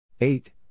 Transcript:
eight